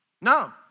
No